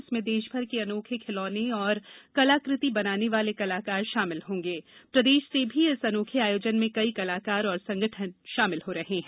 इसमें देशभर के अनोखे खिलौना और कलकृति बनाने वाले कलाकार शामिल होंगे मध्यप्रदेश से भी इस अनोखे आयोजन में कई कलाकार और संगठन शामिल हो रहे हैं